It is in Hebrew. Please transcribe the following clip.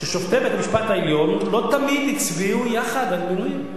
ששופטי בית-המשפט העליון לא תמיד הצביעו יחד על מינוי,